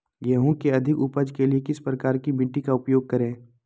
गेंहू की अधिक उपज के लिए किस प्रकार की मिट्टी का उपयोग करे?